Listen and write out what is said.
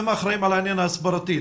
הם אחראים על העניין ההסברתי,